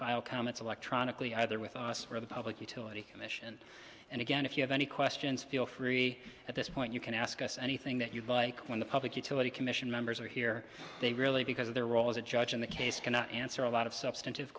file comments electronically either with us or the public utility commission and again if you have any questions feel free at this point you can ask us anything that you'd like when the public utility commission members are here they really because of their role as a judge in the case cannot answer a lot of substan